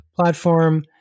platform